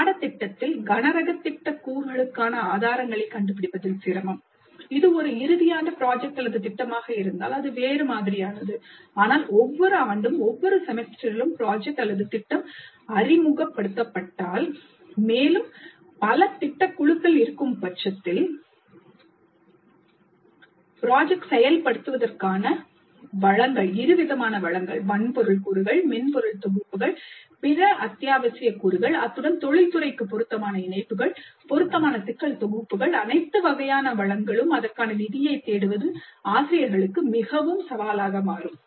பாடத்திட்டத்தில் கனரக திட்டக் கூறுகளுக்கான ஆதாரங்களைக் கண்டுபிடிப்பதில் சிரமம் இது ஒரு இறுதி ஆண்டு ப்ராஜெக்ட் அல்லது திட்டமாக இருந்தால் அது வேறு மாதிரியானது ஆனால் ஒவ்வொரு ஆண்டும் ஒவ்வொரு செமஸ்டரிலும் ப்ராஜெக்ட் அல்லது திட்டம் அறிமுகப்படுத்தப்பட்டால் மேலும் பல திட்ட குழுக்கள் இருக்கும் பட்சத்தில் ப்ராஜெக்ட் செயல்படுத்துவதற்கான இருவிதமான வளங்கள் வன்பொருள் கூறுகள் மென்பொருள் தொகுப்புகள் பிற அத்தியாவசிய கூறுகள் அத்துடன் தொழில்துறைக்கு பொருத்தமான இணைப்புகள் பொருத்தமான சிக்கல் தொகுப்புகள் அனைத்து வகையான வளங்களும் அதற்கான நிதியை தேடுவது ஆசிரியர்களுக்கு மிகவும் சவாலாக மாறும்